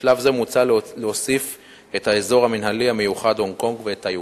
בשלב זה מוצע להוסיף את האזור המינהלי המיוחד הונג-קונג ואת טייוואן.